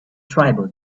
tribal